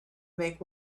make